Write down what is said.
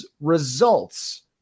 results